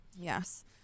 Yes